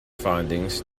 findings